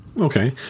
Okay